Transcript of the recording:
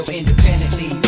independently